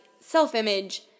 self-image